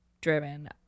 driven